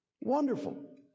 Wonderful